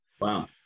Wow